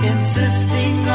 Insisting